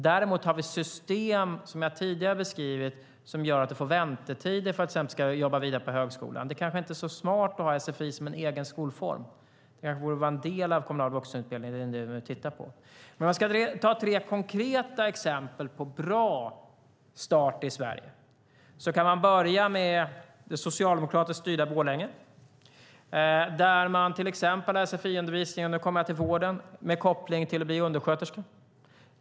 Däremot har vi system, som jag tidigare har beskrivit, som gör att man får väntetider när man sedan ska jobba vidare på högskolan. Det är kanske inte så smart att ha sfi som en egen skolform. Det kanske borde vara en del av kommunal vuxenutbildning. Jag ska ge tre konkreta exempel på bra start i Sverige. Jag kan börja med det socialdemokratiskt styrda Borlänge, där man till exempel har sfi-undervisning - och nu kommer jag till vården - med koppling till att bli undersköterska.